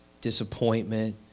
disappointment